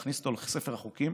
להכניס אותו לספר החוקים,